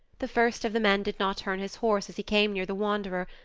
the first of the men did not turn his horse as he came near the wanderer,